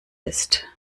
ist